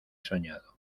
soñado